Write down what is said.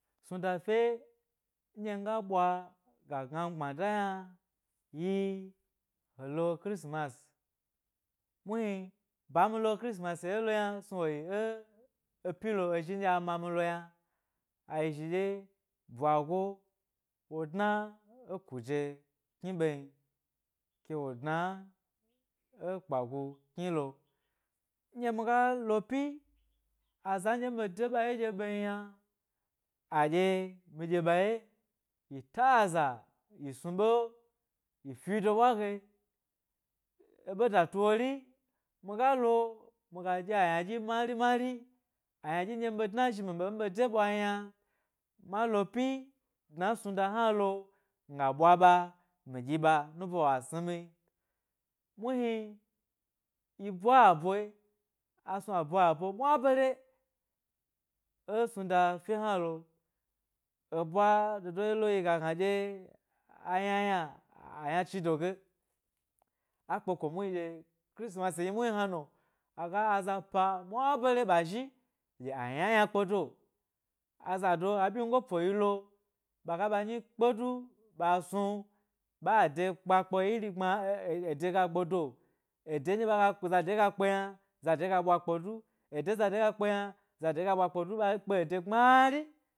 Snuda fye nɗye nga ɓwa ga gna mi gbma da yna yi he lo kristimas, muhni ba mi khismas dye lo yna snu wo yi eh-epyi lo ezhi nɗye a mami lo yna, ayi zhi ɗye bwago wo dna ė kiye kni ɓen ke wo dna e kpagu knilo nɗye miga lo pyi aza nɗye mi ɓe da ɓa wye ɗye m yna adye mi ɗye ɓa ye, yi ta eza, yi snu ɓe, yi fi do ɓwa ge, e ɓe datu wori miga lo, miga dyi aynadyi mari mari ayna ɗyi nɗye nɓe dna zhimi ɓe nɓe da bwan yna, malo pyi dna snuda hnalo, yna, malo pyi dna snuda hualo, miga ɓwa ɓa mii ɗyi ɓa nubo wasnimi, muhni yi ɓwa ebwe, asnu a bwa ebwe mwabare ė snuda fye hnalo, ebwa dodo yilo yi ga gna dye a ynayna a̱ yna chido ge akpeko muhniɗye, kristimasi yi muhni hna no aga aza pa mwa bare ɓa zhi dye a yna yna kpedo azodo, a ɓyingo 'pu yilo, ɓaga ɓa nyi kpe du ɓa snu ɓa ede kpa kpe iri gbma, ede ga ebedo ede ɓaga zade ga kpe yna zade ga kpedu ede zade ga kpe yna zade ge ɓwa kpe du ɓa kpe ede gbmari.